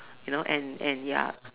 you know and and ya